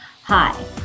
Hi